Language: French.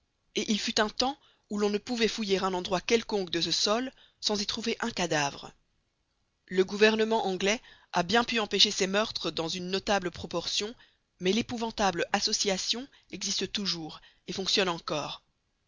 et il fut un temps où l'on ne pouvait fouiller un endroit quelconque de ce sol sans y trouver un cadavre le gouvernement anglais a bien pu empêcher ces meurtres dans une notable proportion mais l'épouvantable association existe toujours et fonctionne encore